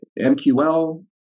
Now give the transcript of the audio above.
MQL